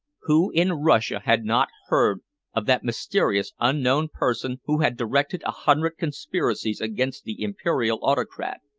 who in russia had not heard of that mysterious unknown person who had directed a hundred conspiracies against the imperial autocrat,